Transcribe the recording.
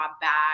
back